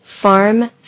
Farm